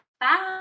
Bye